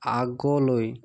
আগলৈ